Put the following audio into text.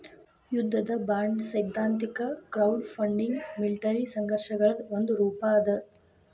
ಯುದ್ಧದ ಬಾಂಡ್ಸೈದ್ಧಾಂತಿಕವಾಗಿ crowdfunding military ಸಂಘರ್ಷಗಳದ್ ಒಂದ ರೂಪಾ ಅದ